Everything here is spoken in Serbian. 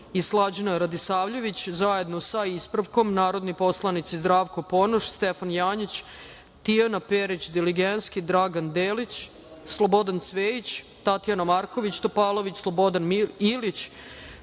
Slađana Radisavljević, zajedno sa ispravkom, narodni poslanici Zdravko Ponoš, Stefan Janjić, Tijana Perić Diligenski, Dragan Delić, Slobodan Cvejić, Tatjana Marković Topalović, Slobodan Ilić,